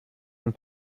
and